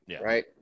right